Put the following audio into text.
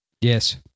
Yes